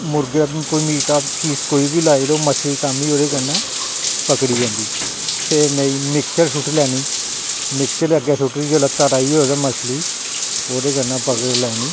मुरगे meat दा कोई बी पीस लाई ओड़ो मछली तां बी ओह्दे कन्नै पकड़ी जंदी ते जे नेईं तां मिक्चर सुट्टी लैनी मिक्चर अग्गें सुट्टनी ते जेल्लै तरा करदी होग ते ओह्दे कन्नै पकड़ी लैनी